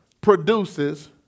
produces